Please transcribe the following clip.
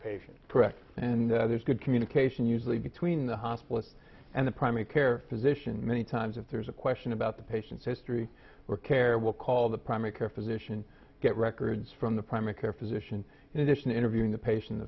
patient correct and there's good communication usually between the hospice and the primary care physician many times if there's a question about the patient's history or care will call the primary care physician get records from the primary care physician in addition interviewing the patient